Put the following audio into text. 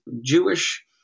Jewish